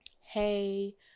hey